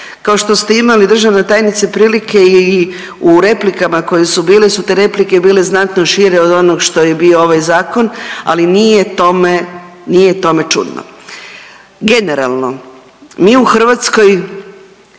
Kao što ste imali državna tajnice prilike i u replikama koje su bile su te replike bile znatno šire od onoga što je bio ovaj zakon, ali nije tome nije tome čudno. Generalno, mi u Hrvatskoj